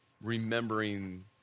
remembering